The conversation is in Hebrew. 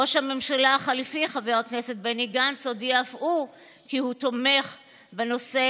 ראש הממשלה החליפי חבר הכנסת בני גנץ הודיע אף הוא כי הוא תומך בנושא